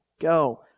go